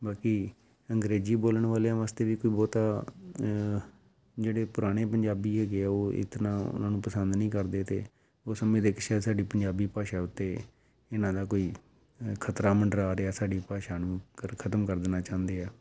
ਬਾਕੀ ਅੰਗਰੇਜ਼ੀ ਬੋਲਣ ਵਾਲਿਆਂ ਵਾਸਤੇ ਵੀ ਕੋਈ ਬਹੁਤਾ ਜਿਹੜੇ ਪੁਰਾਣੇ ਪੰਜਾਬੀ ਹੈਗੇ ਆ ਉਹ ਇਤਨਾ ਉਹਨਾਂ ਨੂੰ ਪਸੰਦ ਨਹੀਂ ਕਰਦੇ ਅਤੇ ਉਸ ਸਮੇਂ ਦੇ ਇੱਕ ਸ਼ਾਇਦ ਸਾਡੀ ਪੰਜਾਬੀ ਭਾਸ਼ਾ ਉੱਤੇ ਇਹਨਾਂ ਦਾ ਕੋਈ ਖਤਰਾ ਮੰਡਰਾ ਰਿਹਾ ਸਾਡੀ ਭਾਸ਼ਾ ਨੂੰ ਕਰ ਖ਼ਤਮ ਕਰ ਦੇਣਾ ਚਾਹੁੰਦੇ ਆ